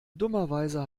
dummerweise